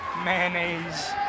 mayonnaise